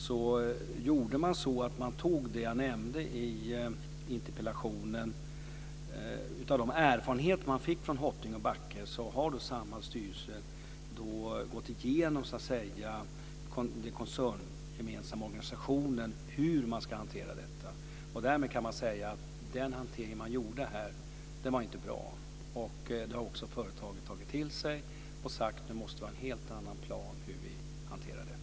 Som jag nämnde i interpellationssvaret har Samhalls styrelse gått igenom med den gemensamma koncernorganisationen hur man ska hantera de erfarenheter man gjorde i Hoting och Backe. Den hantering man gjorde här var inte bra. Det har också företaget tagit till sig, och sagt: Nu måste vi ha en helt annan plan för hur vi hanterar detta.